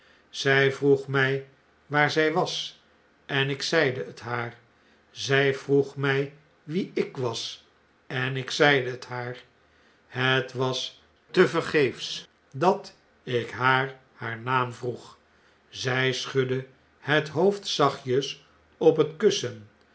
zij vroeg mij waar zjj was en ik zeide het haar zij vroeg mij wie ik was en ik zeide het haar het was tev'ergeefs dat ik naar haar naam vroeg zjj schudde het hoofd zachtjes op het kussen